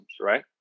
right